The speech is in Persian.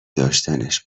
داشتنش